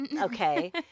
okay